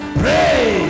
pray